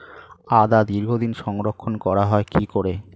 আদা দীর্ঘদিন সংরক্ষণ করা হয় কি করে?